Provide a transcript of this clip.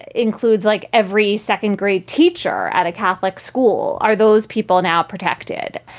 includes like every second grade teacher at a catholic school. are those people now protected?